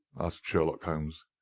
asked sherlock holmes.